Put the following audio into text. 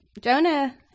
Jonah